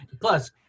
Plus